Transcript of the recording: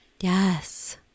Yes